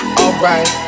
alright